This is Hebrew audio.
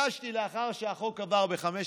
לאחר שהחוק עבר ב-05:00,